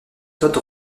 todd